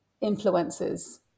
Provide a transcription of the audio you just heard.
influences